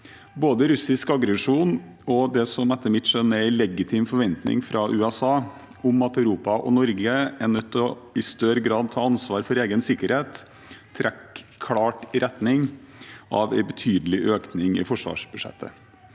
Både russisk aggresjon og det som etter mitt skjønn er en legitim forventning fra USA om at Europa og Norge i større grad er nødt til å ta ansvar for egen sikkerhet, trekker klart i retning av en betydelig økning i forsvarsbudsjettet.